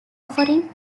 offering